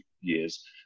years